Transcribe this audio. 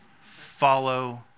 Follow